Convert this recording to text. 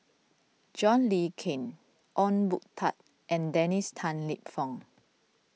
John Le Cain Ong Boon Tat and Dennis Tan Lip Fong